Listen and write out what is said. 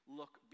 look